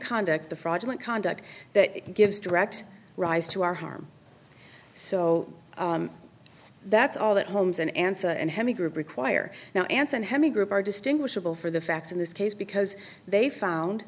conduct the fraudulent conduct that gives direct rise to our harm so that's all that holmes an answer and heavy group require now anson heavy group are distinguishable for the facts in this case because they found